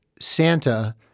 santa